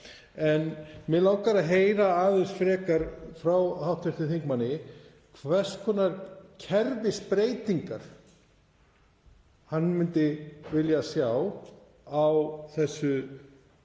en mig langar að heyra aðeins frekar frá hv. þingmanni hvers konar kerfisbreytingar hann myndi vilja sjá á því